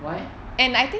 why